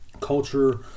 culture